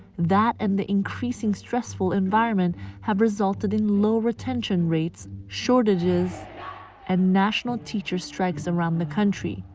that and the increasing stressful environment have resulted in low retention rates, shortages and national teachers strikes around the country.